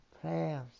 prayers